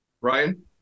Ryan